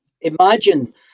Imagine